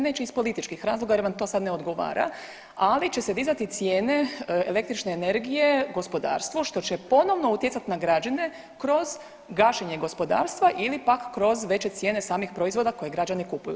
Neće iz političkih razloga jer vam to sad ne odgovara, ali će se dizati cijene električne energije gospodarstvu, što će ponovno utjecat na građane kroz gašenje gospodarstva ili pak kroz veće cijene samih proizvoda koje građani kupuju.